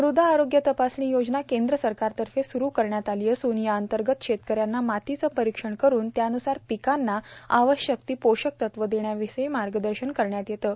मृदा आरोग्य तपासणी योजना केंद्र सरकारतर्फे सुरू करण्यात आली असून या अंतर्गत शेतकऱ्यांना मातीचं परीक्षण करून त्यानुसार पीकांना आवश्यक ती पोषकतत्व देण्याविषयी मार्गदर्शन करण्यात येतं